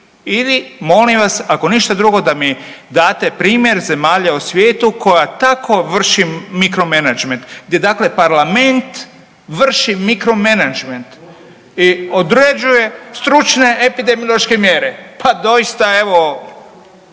ili molim vas ako ništa drugo da mi date primjer zemalja u svijetu koja tako vrši mikro menadžment gdje dakle parlament vrši mikro menadžment i određuje stručne epidemiološke mjere, pa doista evo